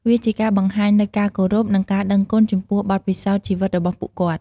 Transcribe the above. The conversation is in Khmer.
វាជាការបង្ហាញនូវការគោរព និងការដឹងគុណចំពោះបទពិសោធន៍ជីវិតរបស់ពួកគាត់។